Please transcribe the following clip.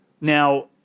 Now